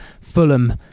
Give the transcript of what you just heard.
Fulham